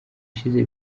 ishize